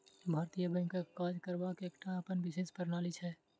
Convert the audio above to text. भारतीय बैंकक काज करबाक एकटा अपन विशेष प्रणाली छै